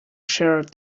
sheared